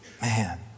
Man